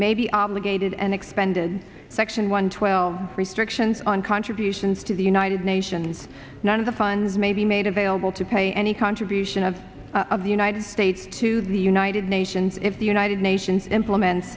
may be obligated and expanded section one twelve restrictions on contributions to the united nations none of the funds may be made available to pay any contribution of of the united states to the united nations if the united nations implement